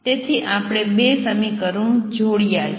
તેથી આપણે ૨ સમીકરણો જોડ્યા છે